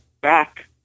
back